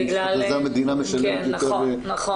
בגלל זה המדינה משלמת יותר --- נכון,